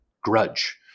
grudge